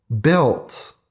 built